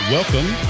Welcome